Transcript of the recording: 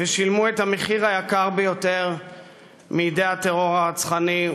ושילמו את המחיר היקר ביותר מידי הטרור הרצחני,